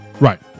Right